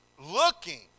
looking